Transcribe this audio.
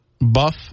buff